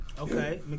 Okay